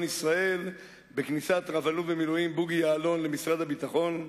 ישראל בכניסת רב-אלוף במילואים בוגי יעלון למשרד הביטחון.